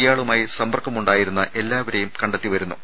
ഇയാളുമായി സമ്പർക്കമുണ്ടായിരുന്ന എല്ലാവരെയും കണ്ടെത്തിവരികയാണ്